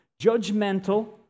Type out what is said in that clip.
Judgmental